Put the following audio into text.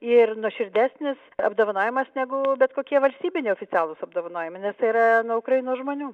ir nuoširdesnis apdovanojimas negu bet kokie valstybiniai oficialūs apdovanojimai nes yra nuo ukrainos žmonių